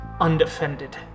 undefended